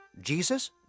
Jesus